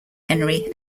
henry